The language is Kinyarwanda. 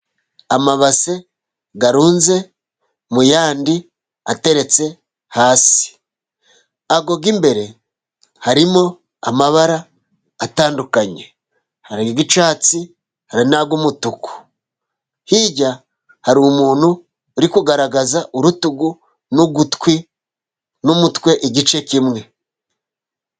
Amabase arunze mu yandi ateretse hasi. Ayo y' imbere harimo amabara atandukanye. Hari ay'icyatsi, hari nay'umutuku. Hirya hari umuntu uri kugaragaza urutugu, n'ugutwi, n'umutwe igice kimwe.